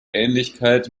ähnlichkeit